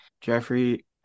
Jeffrey